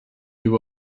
you